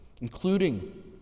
including